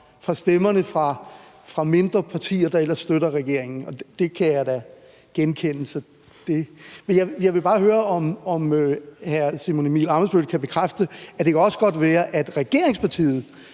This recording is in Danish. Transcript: for stemmerne fra mindre partier, der ellers støtter regeringen, og det kan jeg da genkende. Men jeg vil bare høre, om hr. Simon Emil Ammitzbøll-Bille kan bekræfte, at det også godt kan være, at regeringspartiet